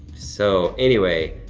so anyway,